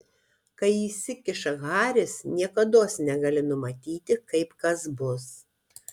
kai įsikiša haris niekados negali numatyti kaip kas bus